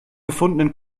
gefundenen